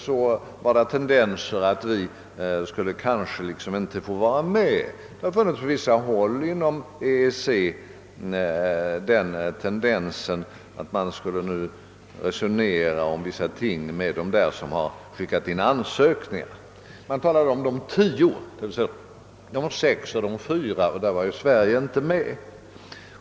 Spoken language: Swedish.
På vissa håll i EEC har tendensen varit att man skulle resonera om vissa ting med dem som har skickat in ansökningar. Man talar då om »De tio», d. v. s. om De sex och De fyra, och där är ju Sverige inte med.